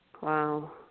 Wow